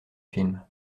film